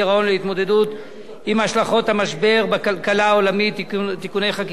ולהתמודדות עם השלכות המשבר בכלכלה העולמית (תיקוני חקיקה),